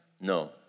No